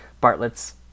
Bartlett's